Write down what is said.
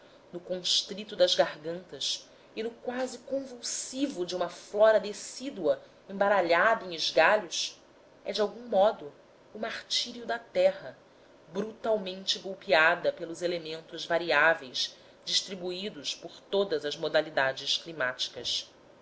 no constrito das gargantas e no quase convulsivo de uma flora decídua embaralhada em esgalhos é de algum modo o martírio da terra brutalmente golpeada pelos elementos variáveis distribuídos por todas as modalidades climáticas